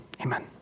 Amen